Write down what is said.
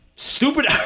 stupid